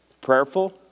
prayerful